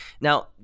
Now